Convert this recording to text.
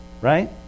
right